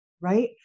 right